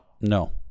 No